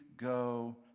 go